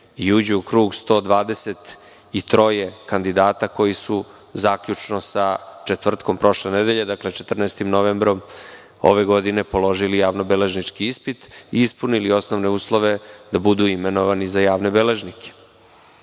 i uđu u krug 123 kandidata koji su zaključno sa četvrtkom prošle nedelje, dakle 14. novembrom ove godine položili javno-beležnički ispit i ispunili osnovne uslove da budu imenovani za javne beležnike. Ako